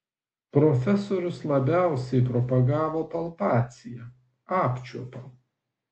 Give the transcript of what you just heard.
profesorius labiausiai propagavo palpaciją apčiuopą